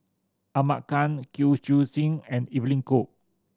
Ahmad Khan Kwek Siew Jin and Evelyn Goh